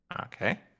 Okay